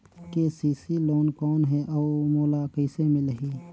KCC loan कौन हे अउ मोला कइसे मिलही?